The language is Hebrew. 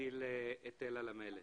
ותטיל היטל על המלט.